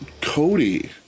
Cody